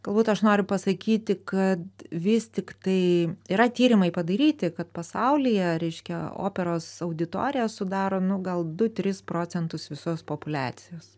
galbūt aš noriu pasakyti kad vis tiktai yra tyrimai padaryti kad pasaulyje reiškia operos auditorija sudaro nu gal du tris procentus visos populiacijos